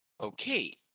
Okay